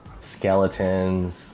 skeletons